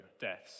deaths